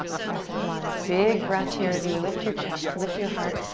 crescent lunge. big breath here as you lift your chest, lift your heart,